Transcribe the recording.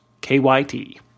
KYT